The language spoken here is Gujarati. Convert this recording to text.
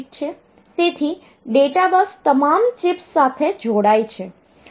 તેથી ડેટા બસ 8 બીટ છે તેથી ડેટા બસ તમામ ચિપ્સ સાથે જોડાય છે